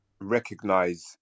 recognize